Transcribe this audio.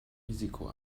risiko